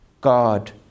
God